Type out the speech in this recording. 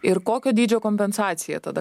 ir kokio dydžio kompensaciją tada